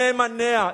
נאמניה,